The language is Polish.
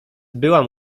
byłam